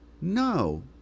no